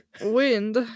wind